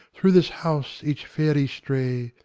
through this house each fairy stray.